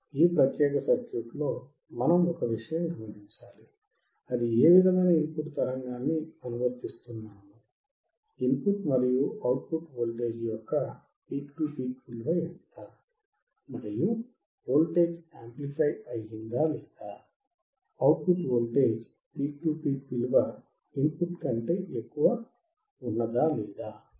ఈ ప్రత్యేక సర్క్యూట్లో మనం ఒక విషయం గమనించాలి అది ఏ విధమైన ఇన్ పుట్ తరంగాన్ని అనువర్తిస్తున్నాము ఇన్ పుట్ మరియు అవుట్ పుట్ వోల్టేజ్ యొక్క పీక్ టు పీక్ విలువ ఎంత మరియు వోల్టేజ్ యాంప్లిఫై అయ్యిందా లేదా output voltage peak to peak విలువ ఇన్ పుట్ కంటే ఎక్కువ వున్నదా లేదా అని